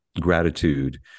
gratitude